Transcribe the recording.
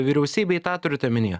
vyriausybei tą turit omenyje